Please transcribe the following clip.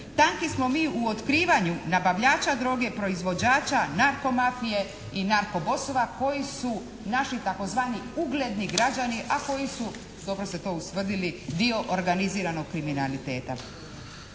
Tanki smo mi u otkrivanju nabavljača droge, proizvođača, narkomafije i narkobosova koji su naši tzv. ugledni građani, a koji su, dobro ste to ustvrdili, dio organiziranog kriminaliteta.